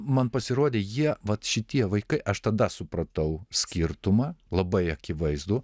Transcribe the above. man pasirodė jie vat šitie vaikai aš tada supratau skirtumą labai akivaizdų